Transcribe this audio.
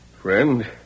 Friend